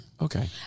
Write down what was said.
Okay